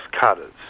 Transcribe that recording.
cutters